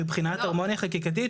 אבל אני אומר מבחינת הרמוניה חקיקתית